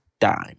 dime